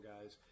guys